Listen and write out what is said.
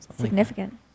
Significant